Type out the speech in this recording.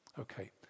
Okay